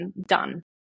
done